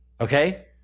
Okay